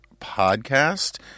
Podcast